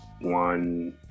one